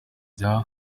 ngo